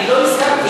אני לא הסכמתי,